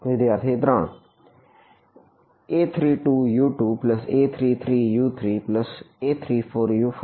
વિદ્યાર્થી 3